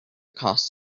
cost